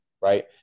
right